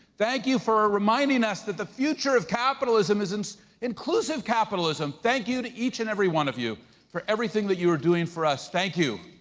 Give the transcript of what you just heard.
thank you for ah reminding us that the future of capitalism is and inclusive capitalism. thank you to each and every one of you for everything that you are doing for us, thank you.